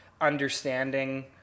understanding